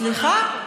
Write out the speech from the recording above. סליחה,